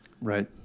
Right